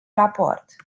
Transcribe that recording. raport